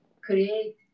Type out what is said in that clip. create